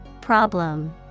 Problem